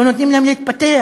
לא נותנים להם להתפתח,